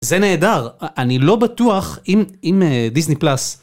זה נהדר. אני לא בטוח אם דיסני פלאס...